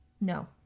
No